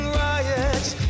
riots